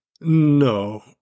No